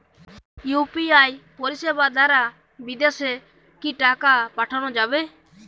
UPI পরিষেবা দারা বিদেশে কি টাকা পাঠানো যাবে?